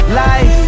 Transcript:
life